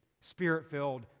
spirit-filled